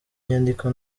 nyandiko